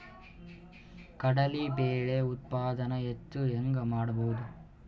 ಕಡಲಿ ಬೇಳೆ ಉತ್ಪಾದನ ಹೆಚ್ಚು ಹೆಂಗ ಮಾಡೊದು?